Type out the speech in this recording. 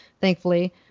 thankfully